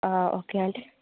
okay అండి